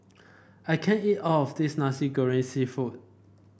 I can't eat all of this Nasi Goreng seafood